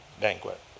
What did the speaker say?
banquet